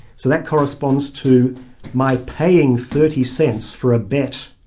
so that corresponds to my paying thirty cents for a bet,